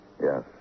Yes